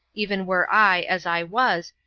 even were i, as i was,